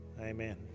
amen